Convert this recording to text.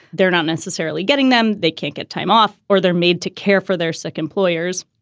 they're not necessarily getting them. they can't get time off or they're made to care for their sick employers.